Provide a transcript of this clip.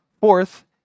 Fourth